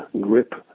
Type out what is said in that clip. grip